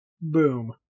Boom